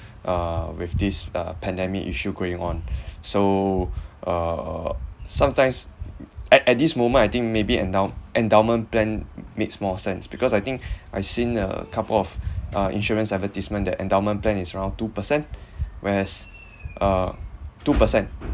uh with this uh pandemic issue going on so uh sometimes at at this moment I think maybe endow~ endowment plan m~ makes more sense because I think I've seen a couple of uh insurance advertisement that endowment plan is around two percent whereas uh two percent